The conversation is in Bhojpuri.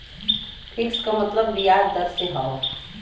फिक्स क मतलब बियाज दर से हौ